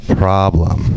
problem